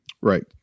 Right